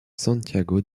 santiago